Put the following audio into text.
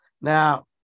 Now